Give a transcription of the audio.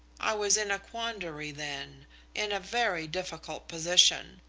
i was in a quandary then in a very difficult position.